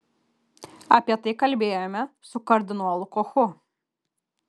apie tai kalbėjome su kardinolu kochu